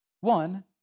one